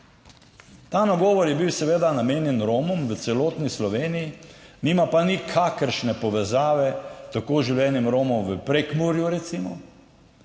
Ta nagovor je bil seveda namenjen Romom v celotni Sloveniji, nima pa nikakršne povezave tako z življenjem Romov v Prekmurju, recimo,